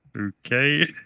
okay